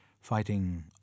fighting